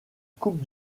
coupe